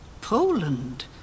Poland